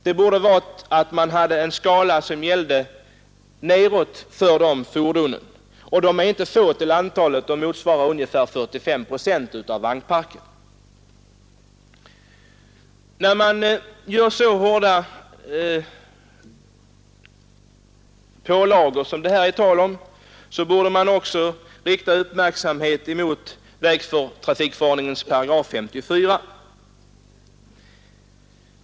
Det borde här finnas en sjunkande skala för dessa fordon, vilka dock är få till antalet; de motsvarar ungefär 45 procent av hela vagnparken. Man får i detta sammanhang inte heller glömma bestämmelserna i vägtrafikförordningen 54 8.